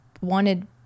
wanted